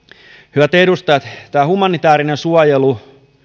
hyvät edustajat tämä humanitäärinen suojelu